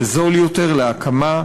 זה זול יותר להקמה,